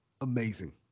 amazing